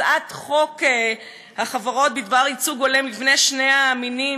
הצעת החוק לתיקון חוק החברות בדבר ייצוג הולם לבני שני המינים